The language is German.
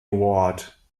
award